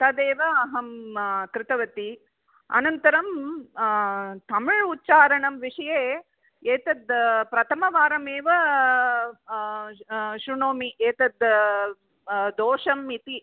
तदेव अहं कृतवती अनन्तरं तमिळ् उच्चारणविषये एतद् प्रथमवारमेव श्रुणोमि एतद् दोषम् इति